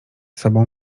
sobą